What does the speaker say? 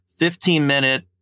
15-minute